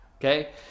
okay